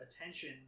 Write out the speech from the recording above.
attention